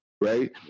right